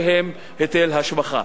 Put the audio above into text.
שהם היטל השבחה?